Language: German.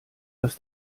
dass